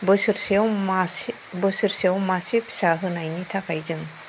बोसोरसेयाव मासे बोसोरसेयाव मासे फिसा होनायनि थाखाय जों